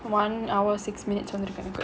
one hour six minutes okay good to go